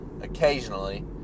occasionally